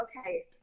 okay